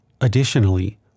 additionally